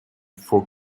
for